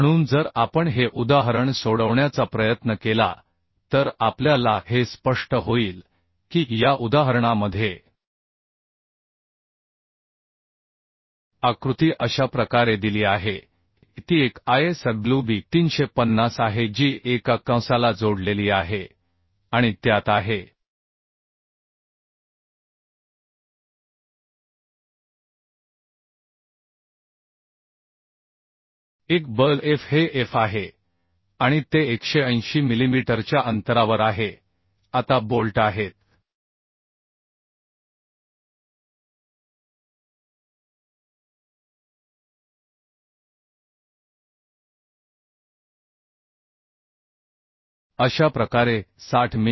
म्हणून जर आपण हे उदाहरण सोडवण्याचा प्रयत्न केला तर आपल्या ला हे स्पष्ट होईल की या उदाहरणामध्ये आकृती अशा प्रकारे दिली आहे की ती एक ISWB 350 आहे जी एका कंसाला जोडलेली आहे आणि त्यात आहे एक बल F हे F आहे आणि ते 180 मिलीमीटरच्या अंतरावर आहे आता बोल्ट अशा प्रकारे 60 मि